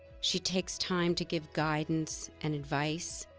she takes time to give guidance and advice.